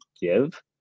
give